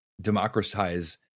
democratize